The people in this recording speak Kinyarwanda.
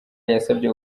yasabye